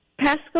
Pasco